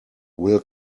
will